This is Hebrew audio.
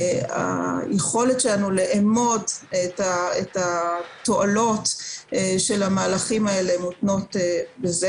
היכולת שלנו לאמוד את התועלות של המהלכים האלה מותנות בזה.